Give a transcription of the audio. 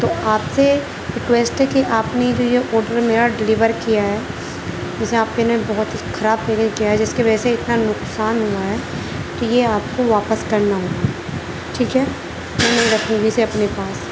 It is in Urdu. تو آپ سے ریکویسٹ ہے کہ آپ نے جو یہ آڈر میرا ڈلیور کیا ہے اسے آپ ہی نے بہت خراب پیکجنگ کیا ہے جس کی وجہ سے اتنا نقصان ہوا ہے کہ یہ آپ کو واپس کرنا ہوگا ٹھیک ہے میں نہیں رکھوں گی اسے اپنے پاس